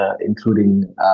including